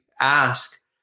ask